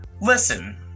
Listen